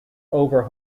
over